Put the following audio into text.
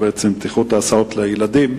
בטיחות ההסעות לילדים,